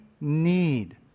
need